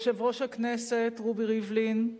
יושב-ראש הכנסת רובי ריבלין,